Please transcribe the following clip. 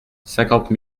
cinquante